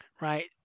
right